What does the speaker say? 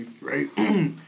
right